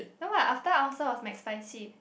no what after ulcer was Mcspicy